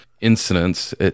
incidents